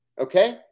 Okay